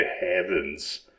heavens